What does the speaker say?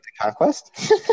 conquest